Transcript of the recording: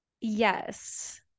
Yes